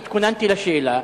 אני התכוננתי לשאלה,